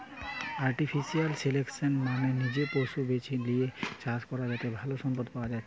artificial selection মানে নিজে পশু বেছে লিয়ে চাষ করা যাতে ভালো সম্পদ পায়া যাচ্ছে